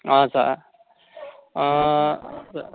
हजुर